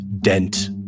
dent